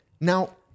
Now